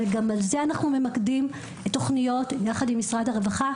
אבל גם על זה ממקדים תוכניות יחד עם משרד הרווחה,